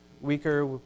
weaker